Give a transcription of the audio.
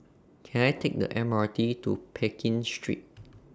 Can I Take The M R T to Pekin Street